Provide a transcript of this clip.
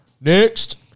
next